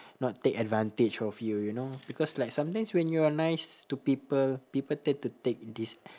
not take advantage of you you know because like sometimes when you're nice to people people tend to take this